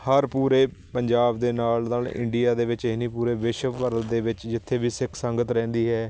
ਹਰ ਪੂਰੇ ਪੰਜਾਬ ਦੇ ਨਾਲ ਨਾਲ ਇੰਡੀਆ ਦੇ ਵਿੱਚ ਹੀ ਨਹੀਂ ਪੂਰੇ ਵਿਸ਼ਵ ਭਰ ਦੇ ਵਿੱਚ ਜਿੱਥੇ ਵੀ ਸਿੱਖ ਸੰਗਤ ਰਹਿੰਦੀ ਹੈ